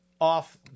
off